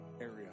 area